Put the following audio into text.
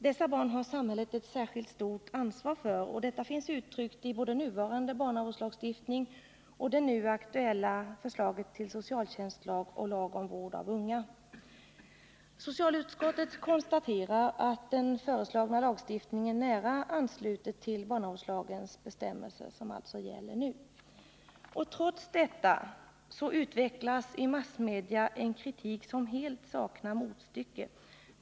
Dessa barn har samhället ett särskilt stort ansvar för, och detta finns uttryckt i både nuvarande barnavårdslagstiftning och det nu aktuella förslaget till socialtjänstlag och lag om vård av unga . Socialutskottet konstaterar att den föreslagna lagstiftningen nära ansluter till nu gällande bestämmelser i barnavårdslagen. Trots detta utvecklas i massmedia en kritik som helt saknar motstycke.